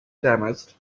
damaged